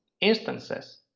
instances